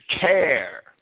care